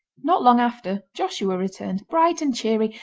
not long after joshua returned, bright and cheery,